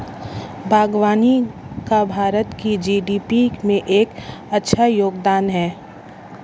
बागवानी का भारत की जी.डी.पी में एक अच्छा योगदान है